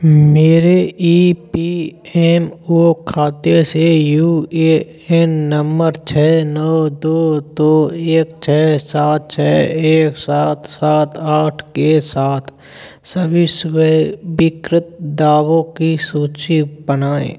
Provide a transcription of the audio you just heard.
मेरे E P M O खाते से यू ए एन नम्मर छः नौ दो दो एक छः सात छः एक सात सात आठ के साथ सभी स्वीकृत दावों की सूची बनाएँ